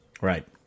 Right